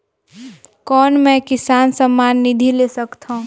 कौन मै किसान सम्मान निधि ले सकथौं?